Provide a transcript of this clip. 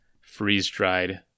freeze-dried